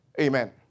Amen